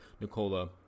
Nicola